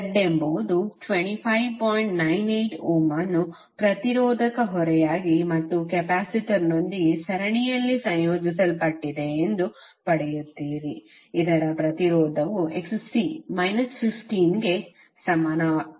98 ohm ಅನ್ನು ಪ್ರತಿರೋಧಕ ಹೊರೆಯಾಗಿ ಮತ್ತು ಕೆಪಾಸಿಟರ್ನೊಂದಿಗೆ ಸರಣಿಯಲ್ಲಿ ಸಂಯೋಜಿಸಲ್ಪಟ್ಟಿದೆ ಎಂದು ಪಡೆಯುತ್ತೀರಿ ಇದರ ಪ್ರತಿರೋಧವು Xc 15 ಗೆ ಸಮಾನವಾಗಿರುತ್ತದೆ